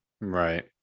Right